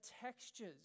textures